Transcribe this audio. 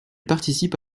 participe